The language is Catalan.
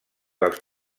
dels